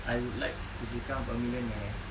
I would like to become a millionaire